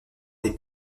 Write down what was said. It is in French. des